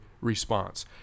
response